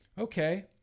okay